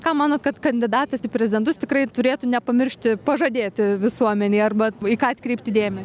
ką manot kad kandidatas į prezidentus tikrai turėtų nepamiršti pažadėti visuomenei arba į ką atkreipti dėmesį